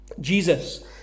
Jesus